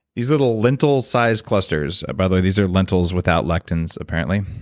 these little lentil-sized clusters. by the way, these are lentils without lectins, apparently,